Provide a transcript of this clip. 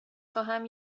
خواهم